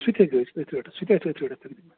سُہ تہِ ہیٚکہِ ٲسِتھ أتھۍ ریٹَس سُہ تہِ آسہِ أتھۍ ریٹَس